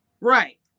Right